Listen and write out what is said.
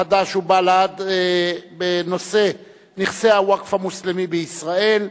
חד"ש ובל"ד בנושא נכסי הווקף המוסלמי בישראל.